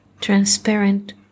transparent